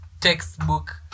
textbook